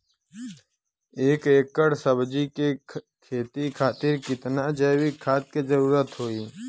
एक एकड़ सब्जी के खेती खातिर कितना जैविक खाद के जरूरत होई?